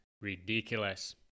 ridiculous